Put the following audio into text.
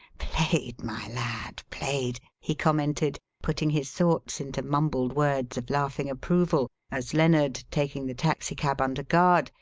played, my lad, played! he commented, putting his thoughts into mumbled words of laughing approval, as lennard, taking the taxicab under guard,